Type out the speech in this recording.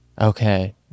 okay